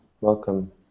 Welcome